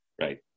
right